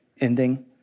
ending